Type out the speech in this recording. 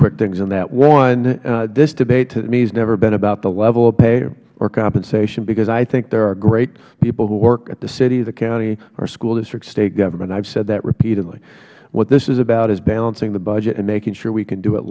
quick things in that one this debate to me has never been about the level of pay or compensation because i think there are great people who work at the city the county or school district state government i have said that repeatedly what this is about is balancing the budget and making sure we can do it